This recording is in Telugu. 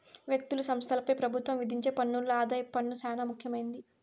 వ్యక్తులు, సంస్థలపై పెబుత్వం విధించే పన్నుల్లో ఆదాయపు పన్ను సేనా ముఖ్యమైంది